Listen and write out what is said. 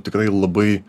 tikrai labai